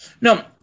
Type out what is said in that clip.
No